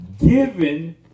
given